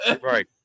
Right